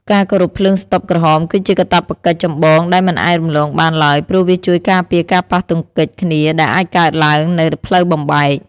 ការគោរពភ្លើងស្តុបក្រហមគឺជាកាតព្វកិច្ចចម្បងដែលមិនអាចរំលងបានឡើយព្រោះវាជួយការពារការប៉ះទង្គិចគ្នាដែលអាចកើតឡើងនៅផ្លូវបំបែក។